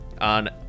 on